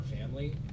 family